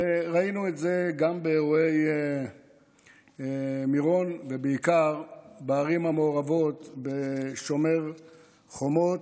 ראינו את זה גם באירועי מירון ובעיקר בערים המעורבות בשומר חומות.